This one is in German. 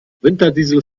winterdiesel